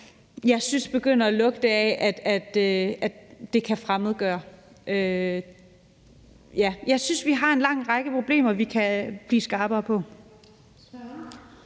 jeg synes, det begynder at lugte af, at det kan fremmedgøre. Jeg synes, vi har en lang række problemer, vi kan blive skarpere på.